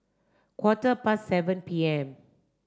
quarter past seven P M